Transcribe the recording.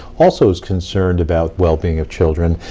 also is concerned about well-being of children.